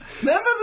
Remember